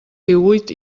díhuit